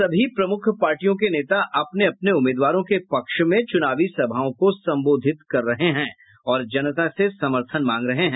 सभी प्रमुख पार्टियों के नेता अपने अपेन उम्मीदवारों के पक्ष में चुनावी सभाओं को संबोधित कर रहे हैं और जनता से समर्थन मांग रहे हैं